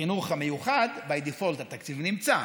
בחינוך המיוחד, by default, התקציב נמצא,